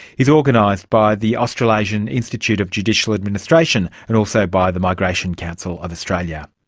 is organised by the australasian institute of judicial administration and also by the migration council of australia.